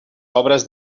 obres